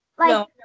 No